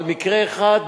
אבל מקרה אחד בודד,